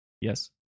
Yes